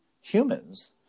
humans